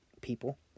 people